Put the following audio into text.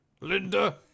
Linda